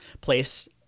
place